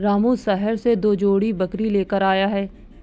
रामू शहर से दो जोड़ी बकरी लेकर आया है